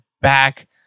back